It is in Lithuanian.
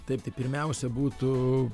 taip tai pirmiausia būtų